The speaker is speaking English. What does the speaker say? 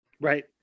Right